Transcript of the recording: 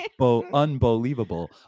unbelievable